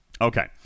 Okay